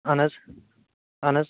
اہن حظ اہن حظ